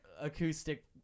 acoustic